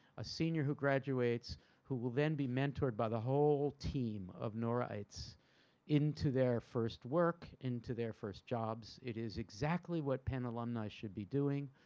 a senior who graduates who will then be mentored by the whole team of nora-ites into their first work, into their first jobs. it is exactly what penn alumni should be doing.